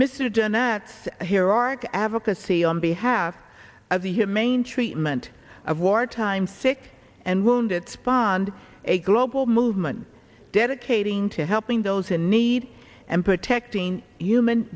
nat here are advocacy on behalf of the humane treatment of wartime sick and wounded spawn a global movement dedicating to helping those in need and protecting human